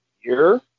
year